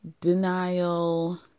denial